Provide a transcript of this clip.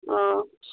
آ